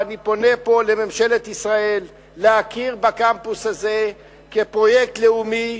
אני פונה פה לממשלת ישראל להכיר בקמפוס הזה כפרויקט לאומי,